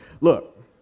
look